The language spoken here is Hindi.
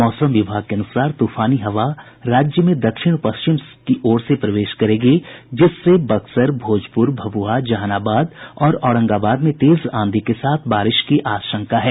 मौसम विभाग के अनुसार तूफानी हवा राज्य में दक्षिण पश्चिम की ओर से प्रवेश करेगी जिससे बक्सर भोजपुर भभुआ जहानाबाद और औरंगाबाद में तेज आंधी के साथ बारिश की आशंका है